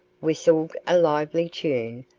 whistled a lively tune,